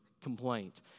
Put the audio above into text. complaint